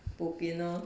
bo bian lor